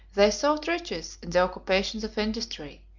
they sought riches in the occupations of industry,